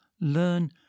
learn